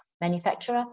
manufacturer